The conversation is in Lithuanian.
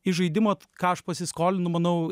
iš žaidimo ką aš pasiskolinu manau